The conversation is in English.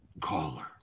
caller